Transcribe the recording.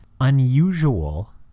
unusual